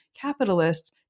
capitalists